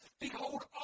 Behold